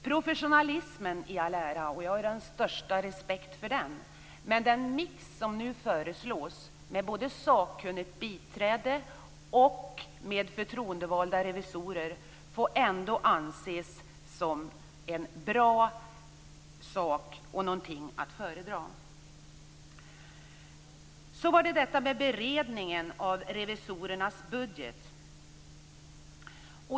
Jag har den största respekt för professionalism. Men den mix med sakkunnigt biträde och förtroendevalda revisorer som nu föreslås får anses vara något att föredra. Så var det detta med beredningen av revisorernas budget.